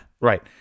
Right